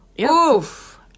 Oof